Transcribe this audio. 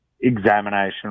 examination